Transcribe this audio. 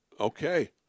Okay